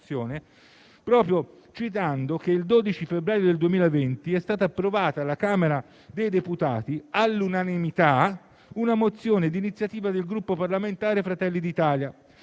mozione, citando che il 12 febbraio del 2020 è stata approvata alla Camera dei deputati, all'unanimità, una mozione d'iniziativa del Gruppo parlamentare Fratelli d'Italia,